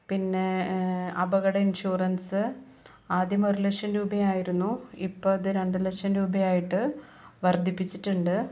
പിന്നെ അപകട ഇൻഷുറൻസ് ആദ്യം ഒരു ലക്ഷം രൂപയായിരുന്നു ഇപ്പം അത് രണ്ട് ലക്ഷം രൂപയായിട്ട് വർദ്ധിപ്പിച്ചിട്ടുണ്ട്